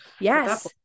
Yes